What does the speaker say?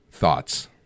thoughts